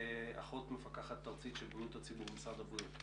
אחות מפקחת ארצית לבריאות הציבור במשרד הבריאות,